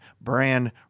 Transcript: brand